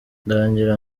ndagira